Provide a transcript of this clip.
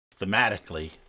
thematically